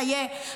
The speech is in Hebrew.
את חיי החטופים,